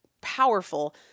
powerful